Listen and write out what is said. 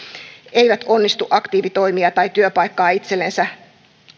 eivät onnistu aktiivitoimia tai työpaikkaa itsellensä